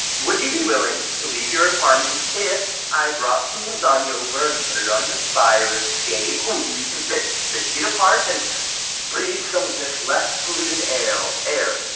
would you be willing to leave your apartment if i brought some lasagna over and put it on your fire escape? ooh, we can sit six feet apart and breathe some of this less-polluted air.